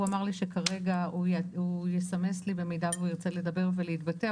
הוא אמר לי כרגע שהוא יסמס לי במידה שהוא ירצה לדבר ולהתבטא.